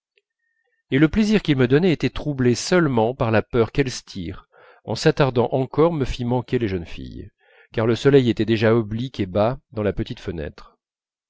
et le plaisir qu'il me donnait était troublé seulement par la peur qu'elstir en s'attardant encore me fît manquer les jeunes filles car le soleil était déjà oblique et bas dans la petite fenêtre